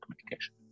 communication